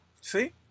see